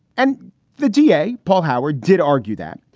and the d a, paul howard, did argue that.